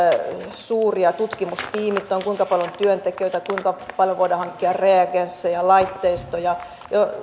suuria tutkimustiimit ovat kuinka paljon on työntekijöitä kuinka paljon voidaan hankkia reagensseja laitteistoja